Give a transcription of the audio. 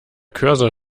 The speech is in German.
cursor